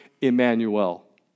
Emmanuel